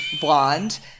blonde